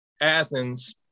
Athens